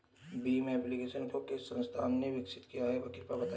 Bhim application को किस संस्था ने विकसित किया है कृपया बताइए?